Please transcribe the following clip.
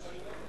אם כן,